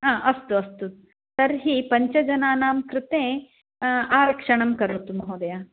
हा अस्तु अस्तु तर्हि पञ्चजनानां कृते आरक्षणं करोतु महोदय